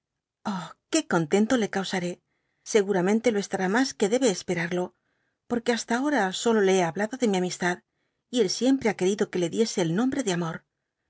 que contento le causara seguramente lo estará mas que debe esperarlo por que hasta ahora solo le hé hablado de mi amistad y el siempre ha querido que le diese el nombre de amor